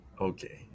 Okay